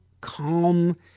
calm